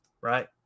right